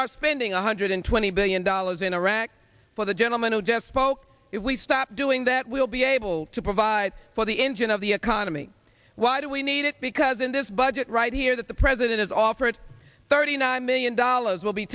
are spending one hundred twenty billion dollars in iraq for the gentleman who just spoke if we stop doing that we'll be able to provide for the engine of the economy why do we need it because in this budget right here that the president is offered thirty nine million dollars will be